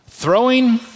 Throwing